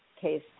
case